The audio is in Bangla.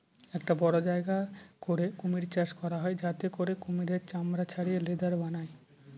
একটা বড়ো জায়গা করে কুমির চাষ করা হয় যাতে করে কুমিরের চামড়া ছাড়িয়ে লেদার বানায়